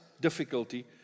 difficulty